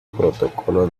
protocolo